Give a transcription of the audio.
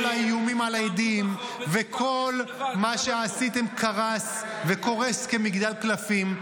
האיומים על העדים וכל מה שעשיתם קרס וקורס כמגדל קלפים.